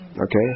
Okay